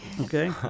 Okay